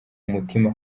umutima